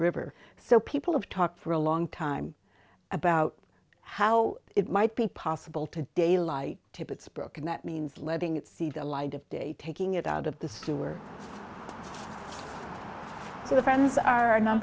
river so people have talked for a long time about how it might be possible to daylight to it's broken that means letting it see the light of day taking it out of the sewer so the friends are non